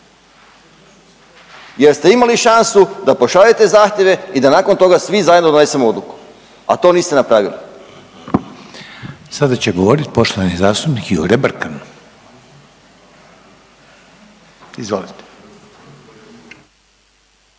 jer ste imali šansu da pošaljete zahtjeve i da nakon toga svi zajedno donesemo odluku, a to niste napravili. **Reiner, Željko (HDZ)** Sada će govoriti poštovani zastupnik Jure Brkan. Izvolite.